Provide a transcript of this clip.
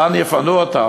לאן יפנו אותם?